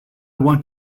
want